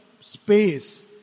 space